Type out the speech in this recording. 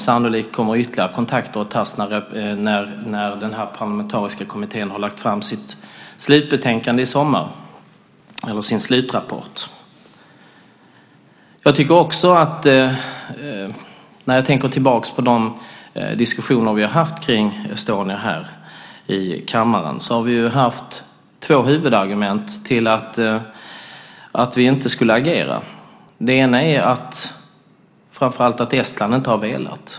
Sannolikt kommer ytterligare kontakter att tas när den parlamentariska kommittén har lagt fram sin slutrapport i sommar. När jag tänker tillbaka på de diskussioner vi har haft kring Estonia här i kammaren har vi haft två huvudargument till att vi inte skulle agera. Det ena är framför allt att Estland inte har velat.